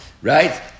Right